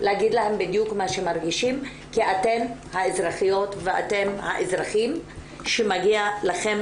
להגיד להם בדיוק מה שמרגישים כי אתן האזרחיות ואתם האזרחים שמגיע לכם,